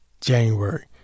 January